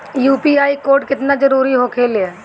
UPI code केतना जरुरी होखेला?